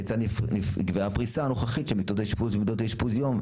כיצד נקבעה הפריסה הנוכחית של מיטות האשפוז ועמדות אשפוז היום,